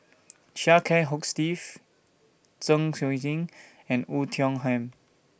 Chia Kiah Hong Steve Zeng Shouyin and Oei Tiong Ham